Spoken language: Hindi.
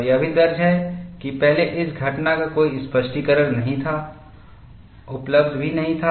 और यह भी दर्ज है कि पहले इस घटना का कोई स्पष्टीकरण नहीं था उपलब्ध नहीं था